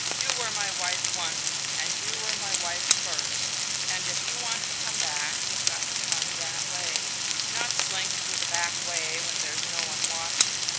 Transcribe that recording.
you were my wife once, and you were my wife first and if you want to come back you've got to come that way not slink through the back way when there's no one watching,